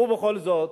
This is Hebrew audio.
ובכל זאת,